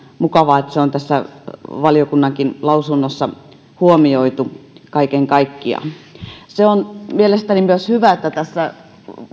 mukavaa että se on tässä valiokunnankin lausunnossa huomioitu se on mielestäni myös hyvä että tässä